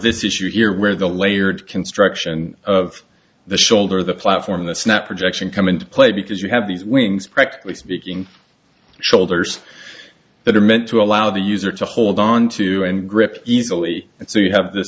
this issue here where the layered construction of the shoulder the platform the snap projection come into play because you have these wings practically speaking shoulders that are meant to allow the user to hold onto and grip easily and so you have th